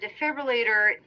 defibrillator